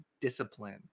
discipline